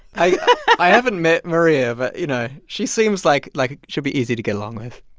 i haven't met maria. but you know, she seems like like she'll be easy to get along with.